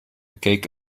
keek